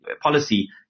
policy